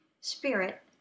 Spirit